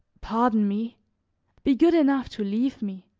pardon me be good enough to leave me.